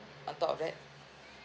on top of that